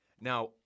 Now